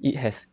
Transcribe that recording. it has